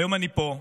והיום אני פה.